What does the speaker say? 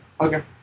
Okay